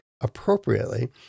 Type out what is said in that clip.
appropriately